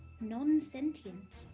non-sentient